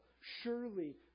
Surely